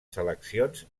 seleccions